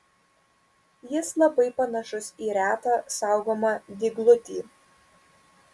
jis labai panašus į retą saugomą dyglutį